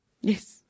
Yes